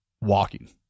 walking